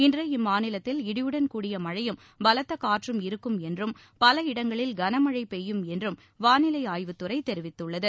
இன்று இம்மாநிலத்தில் இடியுடன்கூடிய மழையும் பலத்த காற்றும் இருக்கும் என்றும் பல இடங்களில் கனமழை பெய்யும் என்றும் வானிலை ஆய்வு துறை தெரிவித்துள்ளது